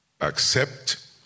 accept